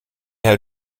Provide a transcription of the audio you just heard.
had